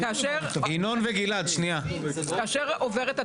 אני כבר מתקדמת ואומרת שאם מוספת הסיפה,